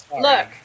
Look